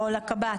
או לקב"ט.